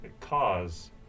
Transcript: cause